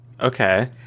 Okay